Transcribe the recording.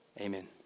Amen